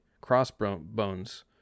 Crossbones